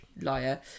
liar